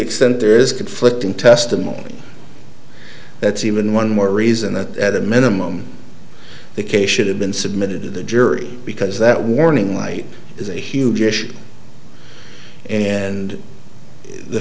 extent there is conflicting testimony that's even one more reason that at minimum the case should have been submitted to the jury because that warning light is a huge issue and the